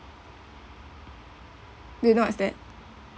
you know what is that